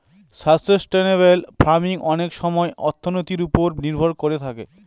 sustainable farming অনেক সময় অর্থনীতির ওপর নির্ভর করে থাকে